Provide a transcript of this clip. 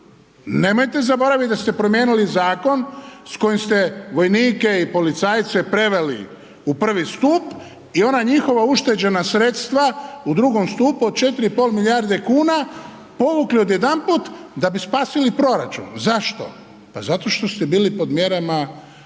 nemojte zaboravit da ste promijenili zakon s kojim ste vojnike i policajce preveli u prvi stup i ona njihova ušteđena sredstva u drugom stupu od 4,5 milijarde kuna povukli odjedanput da bi spasili proračun. Zašto? Pa zato što ste bili pod mjerama ovoga